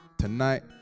Tonight